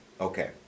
Okay